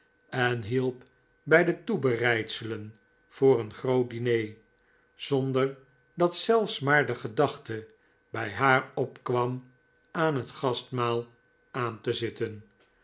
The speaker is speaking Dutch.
en hielp bij de toebereidselen voor een groot diner zonder dat zelfs maar de gedachte bij haar opkwam aan het gastmaal aan te zitten